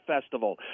Festival